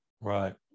Right